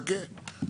חכה.